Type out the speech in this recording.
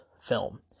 Film